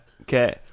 Okay